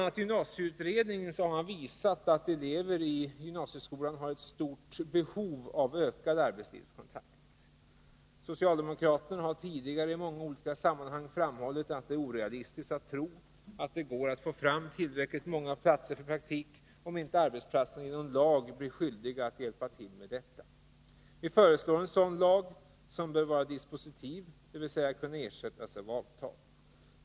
a. gymnasieutredningen har visat att elever i gymnasieskolan har ett stort behov av ökad arbetslivskontakt. Socialdemokraterna har tidigare i många olika sammanhang framhållit att det är orealistiskt att tro att det går att få fram tillräckligt många platser för praktik om inte arbetsplatserna genom lag blir skyldiga att hjälpa till med detta. Vi föreslår en sådan lag, som bör vara dispositiv, dvs. kunna ersättas av avtal.